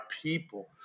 people